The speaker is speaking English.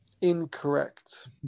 Incorrect